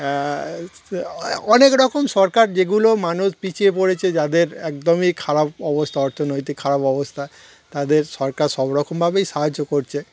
অনেক রকম সরকার যেগুলো মানুষ পিছিয়ে পড়েছে যাদের একদমই খারাপ অবস্থা অর্থনৈতিক খারাপ অবস্থা তাদের সরকার সব রকমভাবেই সাহায্য করছে